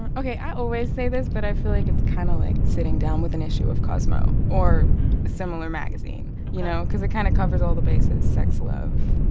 and ok. i always say this, but i feel like it's kind of like sitting down with an issue of cosmo or a similar magazine you know? cause it kind of covers all the bases sex, love,